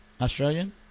Australian